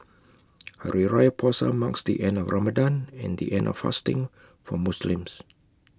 Hari Raya Puasa marks the end of Ramadan and the end of fasting for Muslims